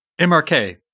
MRK